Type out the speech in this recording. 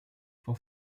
for